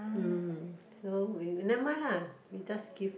mm so we we nevermind lah we just give